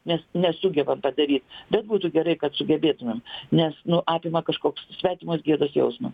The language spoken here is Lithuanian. nes nesugebam padaryt bet būtų gerai kad sugebėtumėm nes nu apima kažkoks svetimos gėdos jausmas